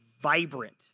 vibrant